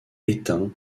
étain